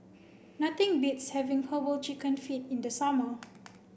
nothing beats having Herbal Chicken Feet in the summer